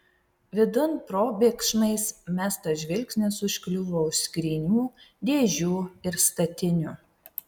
vidun probėgšmais mestas žvilgsnis užkliuvo už skrynių dėžių ir statinių